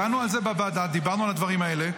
דנו על זה בוועדה, דיברנו על הדברים האלה.